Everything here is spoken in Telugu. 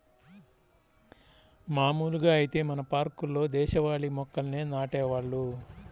మాములుగా ఐతే మన పార్కుల్లో దేశవాళీ మొక్కల్నే నాటేవాళ్ళు